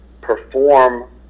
perform